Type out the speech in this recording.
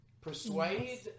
persuade